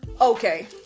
Okay